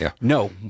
No